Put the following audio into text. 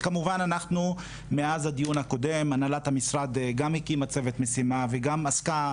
כמובן שמאז הדיון הקודם הנהלת המשרד גם הקימה צוות משימה וגם עסקה